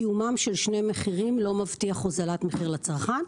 קיומם של שני מחירים לא מבטיח הוזלת מחיר לצרכן.